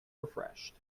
refreshed